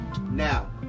Now